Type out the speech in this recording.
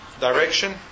direction